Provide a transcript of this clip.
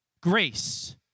grace